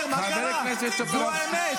אותך מהאולם.